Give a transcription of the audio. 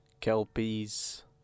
kelpies